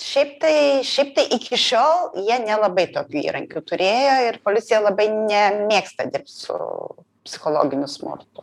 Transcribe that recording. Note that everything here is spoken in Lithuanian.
šiaip tai šiaip tai iki šiol jie nelabai tokių įrankių turėjo ir policija labai nemėgsta dirbt su psichologiniu smurtu